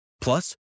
Plus